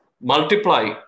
Multiply